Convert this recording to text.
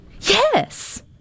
Yes